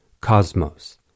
cosmos